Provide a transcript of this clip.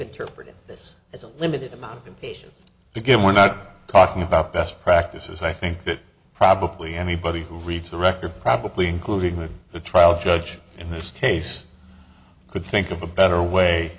interpreted this as a limited amount of patients you get we're not talking about best practices i think that probably anybody who reads the record probably including the trial judge in this case could think of a better way